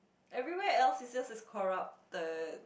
everywhere else is just as corrupted